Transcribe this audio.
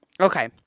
Okay